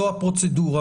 זו הפרוצדורה.